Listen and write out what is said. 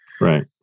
right